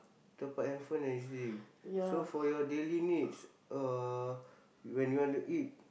top-up handphone and E_Z-link so for your daily needs uh when you want to eat